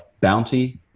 bounty